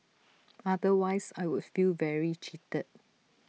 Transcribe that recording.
otherwise I would feel very cheated